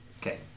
Okay